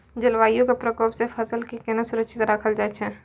जलवायु के प्रकोप से फसल के केना सुरक्षित राखल जाय छै?